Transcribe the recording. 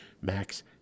Max